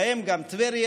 ובהם גם טבריה.